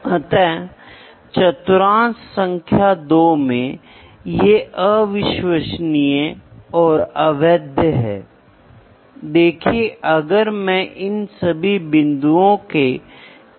एक अभियंता भौतिक चरों को निर्धारित करने में रुचि रखता है और उनके नियंत्रण के लिए भी चिंतित रहता है